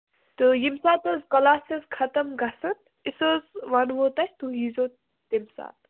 تہٕ ییٚمہِ ساتہٕ حظ کَلاسٕز خَتٕم گژھن أسۍ حظ وَنہو تۄہہِ تُہۍ ییٖزیٚو تَمہِ ساتہٕ